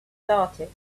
started